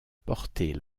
porter